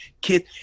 kid